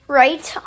right